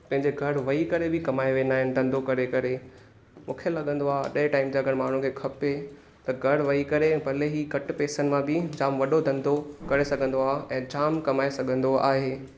पंहिंजे घरु वेही करे बि कमाए वेंदा आहिनि धंधो करे करे मूंखे लॻंदो आहे अॼ जे टाइम ते अगरि माण्हू खे खपे त घरु वेही करे भले ई घटि पैसनि मां बि जाम वॾो धंधो करे सघंदो आहे ऐं जाम कमाए सघंदो आहे